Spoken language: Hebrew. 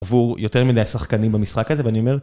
עבור יותר מדי שחקנים במשחק הזה, ואני אומר...